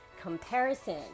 comparison